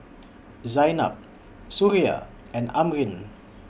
Zaynab Suria and Amrin